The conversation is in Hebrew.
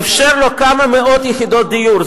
אפשר לו כמה מאות יחידות דיור.